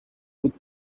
would